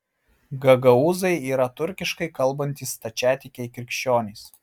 gagaūzai yra turkiškai kalbantys stačiatikiai krikščionys